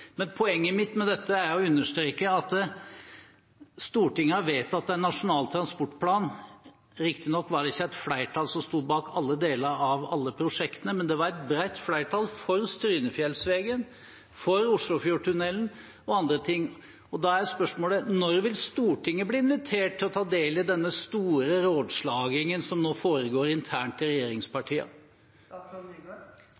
Poenget mitt med dette er å understreke at Stortinget har vedtatt en nasjonal transportplan. Riktignok var det ikke et flertall som sto bak alle deler av alle prosjektene, men det var et bredt flertall for Strynefjellsvegen, for Oslofjordtunnelen og andre ting. Da er spørsmålet: Når vil Stortinget bli invitert til å ta del i denne store rådslagningen som nå foregår internt i